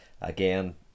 Again